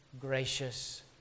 Gracious